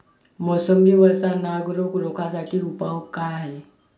मोसंबी वरचा नाग रोग रोखा साठी उपाव का हाये?